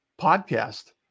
podcast